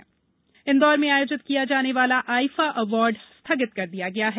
IIFA Indore में आयोजित किया जाने वाला आइफा अवार्ड को स्थगित कर दिया गया है